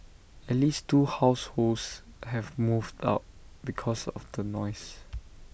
at least two households have moved out because of the noise